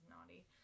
naughty